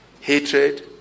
hatred